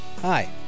Hi